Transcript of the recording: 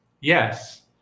Yes